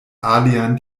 alian